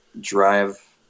drive